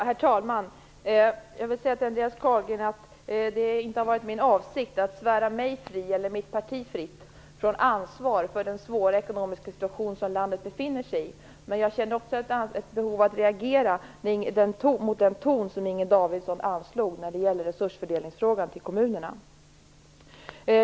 Herr talman! Jag vill säga till Andreas Carlgren att det inte har varit min avsikt att svära mig fri eller mitt parti fritt från ansvar för den svåra ekonomiska situation som landet befinner sig i. Men jag kände ett behov av att reagera mot den ton som Inger Davidson anslog i frågan om resursfördelningen till kommunerna.